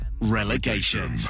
relegation